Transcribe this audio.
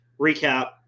recap